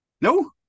No